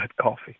coffee